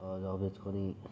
job తెచ్చుకుని